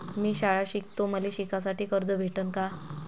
मी शाळा शिकतो, मले शिकासाठी कर्ज भेटन का?